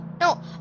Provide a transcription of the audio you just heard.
No